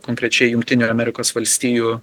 konkrečiai jungtinių amerikos valstijų